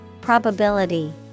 Probability